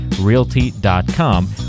realty.com